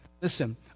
Listen